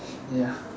ya